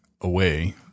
away